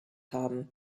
haben